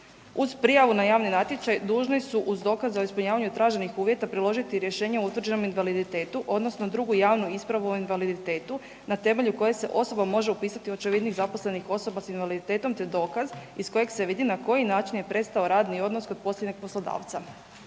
uz prijavu na javni natječaj dužni su uz dokaz za ispunjavanje traženih uvjeta priložiti i rješenje o utvrđenom invaliditetu odnosno drugu javnu ispravu o invaliditetu na temelju koje se osoba može upisati u očevidnik zaposlenih osoba s invaliditetom, te dokaz iz kojeg se vidi na koji način je prestao radni odnos kod posljednjeg poslodavca.